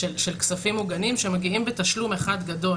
מוגנים שמגיעים בתשלום אחד גדול.